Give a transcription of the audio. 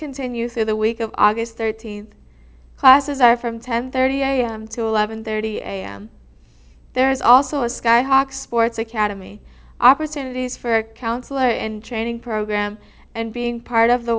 continue through the week of august thirteenth classes are from ten thirty am to eleven thirty am there is also a skyhawk sports academy opportunities for a counselor and training program and being part of the